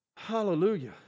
Hallelujah